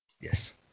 Yes